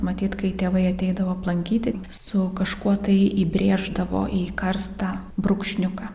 matyt kai tėvai ateidavo aplankyti su kažkuo tai įbrėždavo į karstą brūkšniuką